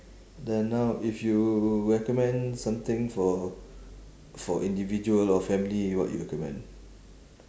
then now if you recommend something for for individual or family what you recommend